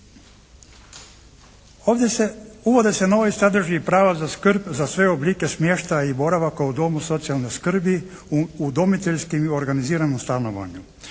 Ovdje se, uvode se novi sadržaji i prava za skrb za sve oblike smještaja i boravaka u domu socijalne skrbi, u udomiteljski organiziranom stanovanju.